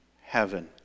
heaven